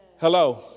Hello